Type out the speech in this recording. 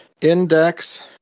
index